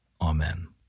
Amen